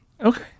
Okay